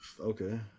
Okay